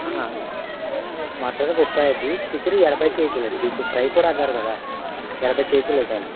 mutton ముప్పై అండి chicken ఎనభై కేజీలు అండి మీకు ఫ్రై కూడా అన్నారు కదా ఎనభై కేజీలు ఉండాలి